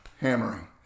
hammering